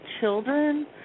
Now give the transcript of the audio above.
children